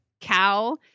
cow